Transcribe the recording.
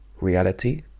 reality